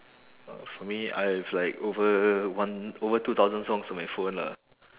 oh for me I have like over one over two thousand songs on my phone lah